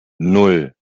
nan